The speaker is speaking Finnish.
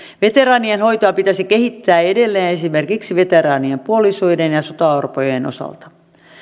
veteraanien hoitoa pitäisi kehittää edelleen esimerkiksi veteraanien puolisoiden ja sotaorpojen osalta